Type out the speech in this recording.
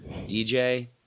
DJ